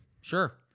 Sure